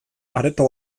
areto